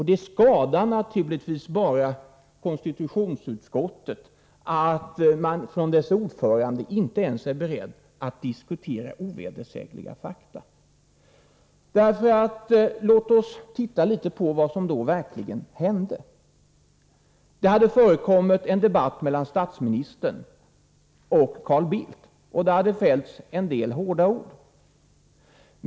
Det skadar naturligtvis bara konstitutionsutskottet att dess ordförande inte ens är beredd att diskutera ovedersägliga fakta. Låt oss titta litet på vad som verkligen hände! Det hade förekommit en debatt mellan statsministern och Carl Bildt, och det hade fällts en del hårda ord.